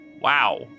Wow